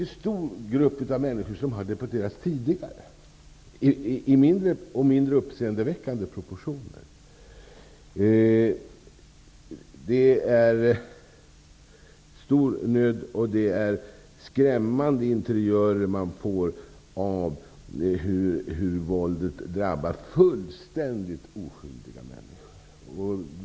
En stor grupp människor har blivit deporterade vid tidigare tillfällen, fast i mindre uppseendeväckande proportioner. Det råder en stor nöd, och det här ger skrämmande interiörer av hur våldet drabbar fullständigt oskyldiga människor.